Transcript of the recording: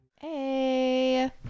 Hey